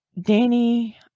Danny